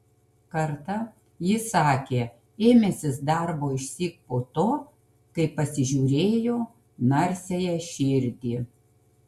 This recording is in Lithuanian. kartą jis sakė ėmęsis darbo išsyk po to kai pasižiūrėjo narsiąją širdį